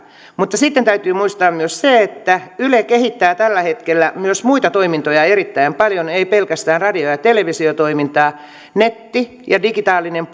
mutta sitten täytyy muistaa myös se että yle kehittää tällä hetkellä myös muita toimintoja erittäin paljon ei pelkästään radio ja televisiotoimintaa netti ja digitaalinen